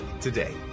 today